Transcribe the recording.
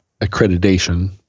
accreditation